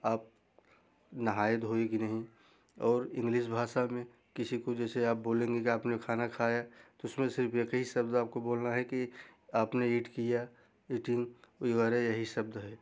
आप नहाए धोए कि नहीं और इंग्लिस भाषा में किसी को जैसे आप बोलेंगे कि आपने खाना खाया उसमें से एक ही शब्द आपको बोलना है कि आपने इट किया इटिंग यू आर ए यही शब्द हैं